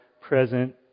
present